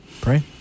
Pray